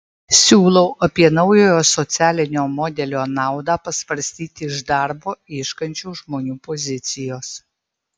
siūlau apie naujojo socialinio modelio naudą pasvarstyti iš darbo ieškančių žmonių pozicijos